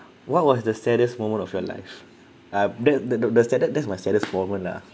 what was the saddest moment of your life uh that the the saddest that's my saddest moment lah